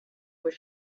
was